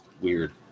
weird